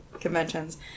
conventions